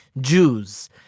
Jews